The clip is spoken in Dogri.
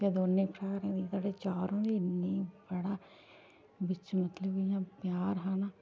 ते दोनें भ्राएं च चारो दी इन्नी बड़ा बिच्च मतलब इयां प्यार हा न